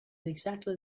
exactly